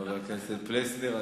חבר הכנסת פלסנר.